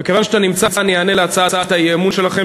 וכיוון שאתה נמצא אני אענה על הצעת האי-אמון שלכם,